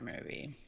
movie